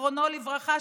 זיכרונו לברכה,